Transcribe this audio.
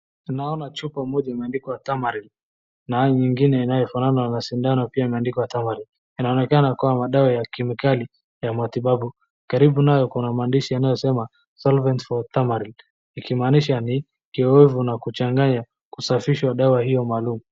Ninaona chupa moja imeandikwa thamarin na nyingine inayofanana na sindano pia imeandikwa thamarin . Inaonekana kuwa madawa ya kemikali ya matibabu. Karibu nayo kuna maandishi yanayosema solvent for thamarin ikimaanisha ni kiyoyevu na kuchanganya kusafisha dawa hiyo maalum.